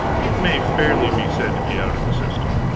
it may fairly be said to be out of the system.